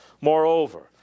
Moreover